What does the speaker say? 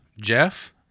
Jeff